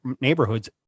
neighborhoods